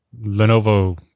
Lenovo